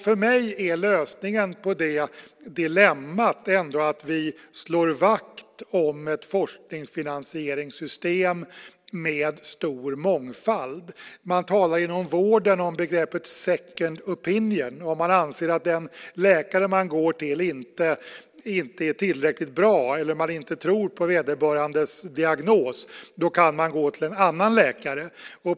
För mig är lösningen på det dilemmat att vi slår vakt om ett forskningsfinansieringssystem med stor mångfald. Man talar inom vården om begreppet second opinion . Om man anser att den läkare man går till inte är tillräckligt bra eller inte tror på vederbörandes diagnos kan man gå till en annan läkare.